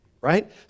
right